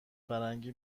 فرنگی